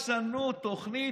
יש לנו תוכנית,